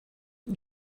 you